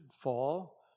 fall